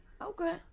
Okay